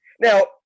Now –